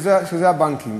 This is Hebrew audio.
וזה הבנקים.